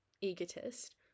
egotist